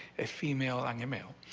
a female and yeah male.